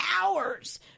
hours